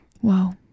Wow